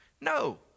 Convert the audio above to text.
No